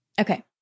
Okay